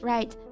Right